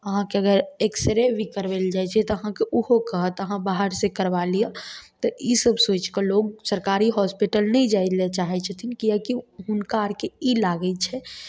आहाँके अगर एक्सरे भी करबै लए जाइ छियै तऽ आहाँके ओहो कहत आहाँ बाहर से करबा लिअ तऽ ई सब सोचिकऽ लोग सरकारी हॉस्पिटल नहि जाय लए चाहै छथिन किएकी हुनका आरके ई लागै छै